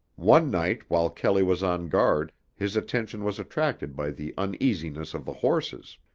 one night while kelley was on guard his attention was attracted by the uneasiness of the horses.